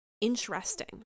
interesting